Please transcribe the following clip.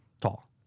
Tall